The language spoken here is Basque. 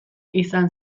izan